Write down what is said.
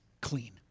clean